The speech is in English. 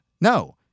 No